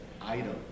item